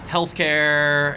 Healthcare